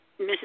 Mrs